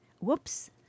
whoops